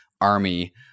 army